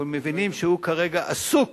ומבינים שהוא כרגע עסוק